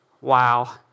wow